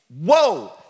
Whoa